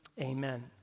amen